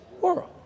world